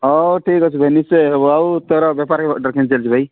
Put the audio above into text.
ହଉ ଠିକ୍ ଅଛି ଭାଇ ନିଶ୍ଚୟ ହେବ ଆଉ ତୋର ବେପାର କେମିତି ଚାଲିଛି ଭାଇ